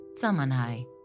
Samanai